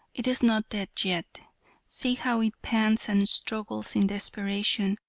it is not dead yet see how it pants and struggles in desperation,